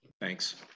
Thanks